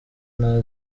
nta